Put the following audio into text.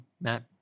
Matt